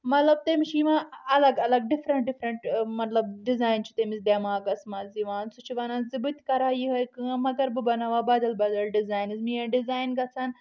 مطلب تٔمِس چھُ یِوان الگ الگ ڈفریٚنٹ ڈفریٚنٹ مطلب ڈِزاین چھُ تٔمِس دٮ۪ماغس منٛز یِوان سُہ چھُ ونان زِ بہٕ تہِ کرہا یہے کٲم مگر بہٕ بناوہا بدل بدل ڈزاینٕز میٲنۍ ڈِزاین گژھہان